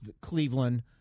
Cleveland